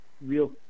real